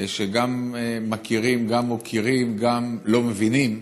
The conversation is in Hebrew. שגם מכירים וגם מוקירים, וגם לא מבינים